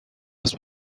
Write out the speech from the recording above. است